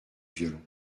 violon